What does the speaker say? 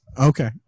okay